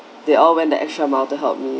they all went the extra mile to help me